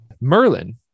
Merlin